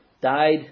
died